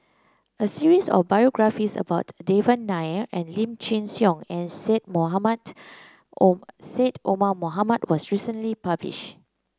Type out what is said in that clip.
a series of biographies about Devan Nair Lim Chin Siong and Syed Mohamed Omar Syed Omar Mohamed was recently published